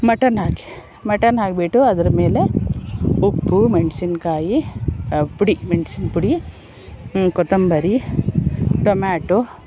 mutton ಹಾಕಿ mutton ಹಾಕಿಬಿಟ್ಟು ಅದ್ರ ಮೇಲೆ ಉಪ್ಪು ಮೆಣಸಿನಕಾಯಿ ಪುಡಿ ಮೆಣ್ಸಿನ ಪುಡಿ ಹ್ಞೂ ಕೊತ್ತಂಬರಿ ಟೊಮ್ಯಾಟೋ